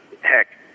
Heck